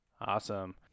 awesome